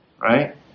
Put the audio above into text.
right